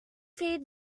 feed